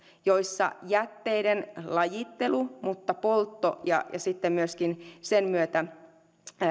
johon kuuluvat jätteiden lajittelu poltto ja sitten myöskin sen myötä